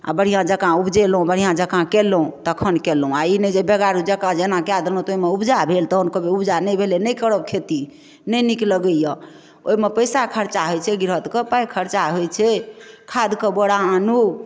आ बढ़िआँ जकाँ ऊपजेलहुँ बढ़िआँ जकाँ कयलहुँ तखन कयलहुँ आ ई नहि जे बेगारु जकाँ जेना कए देलहुँ तऽ ओहिमे ऊपजा भेल तहन कहबै ऊपजा नहि भेलै नहि करब खेती नहि नीक लगैए ओहिमे पैसा खर्चा होइत छै गृहस्थ कऽ पाइ खर्चा होइत छै खाद कऽ बोरा आनु